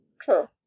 true